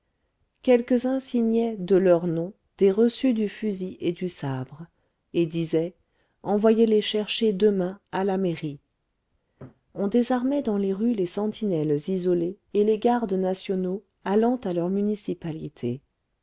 quelques-uns signaient de leurs noms des reçus du fusil et du sabre et disaient envoyez les chercher demain à la mairie on désarmait dans les rues les sentinelles isolées et les gardes nationaux allant à leur municipalité